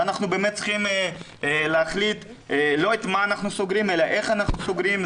ואנחנו באמת צריכים להחליט לא את מה אנחנו סוגרים אלא איך אנחנו סוגרים.